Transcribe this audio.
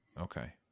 Okay